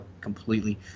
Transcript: completely